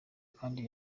kandi